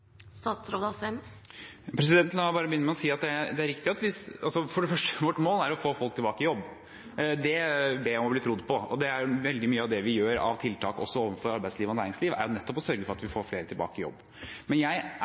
For det første: Vårt mål er å få folk tilbake i jobb. Det ber jeg om å bli trodd på. Veldig mye av det vi gjør av tiltak også overfor arbeidsliv og næringsliv, er nettopp å sørge for at vi får flere tilbake i jobb. Men jeg